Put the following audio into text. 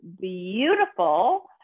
beautiful